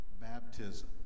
baptism